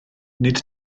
nid